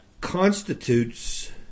constitutes